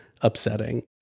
upsetting